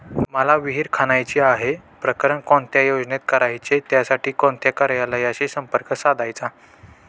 मला विहिर खणायची आहे, प्रकरण कोणत्या योजनेत करायचे त्यासाठी कोणत्या कार्यालयाशी संपर्क साधायचा?